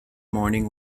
morning